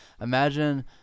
Imagine